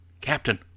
Captain